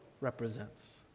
represents